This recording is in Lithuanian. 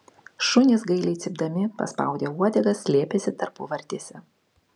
šunys gailiai cypdami paspaudę uodegas slėpėsi tarpuvartėse